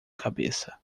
cabeça